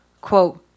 quote